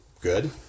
good